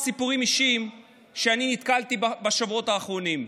סיפורים אישיים שאני נתקלתי בהם בשבועות האחרונים.